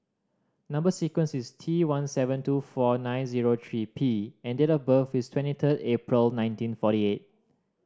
number sequence is T one seven two four nine zero three P and date of birth is twenty third April nineteen forty eight